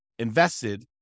invested